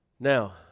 Now